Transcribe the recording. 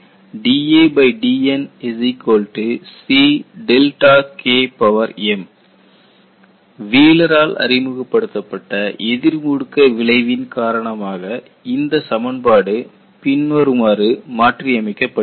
dadN CKm வீலரால் அறிமுகப்படுத்தப்பட்ட எதிர் முடுக்க விளைவின் காரணமாக இந்த சமன்பாடானது பின்வருமாறு மாற்றி அமைக்கப்படுகிறது